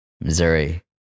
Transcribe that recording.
Missouri